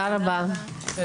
הישיבה ננעלה בשעה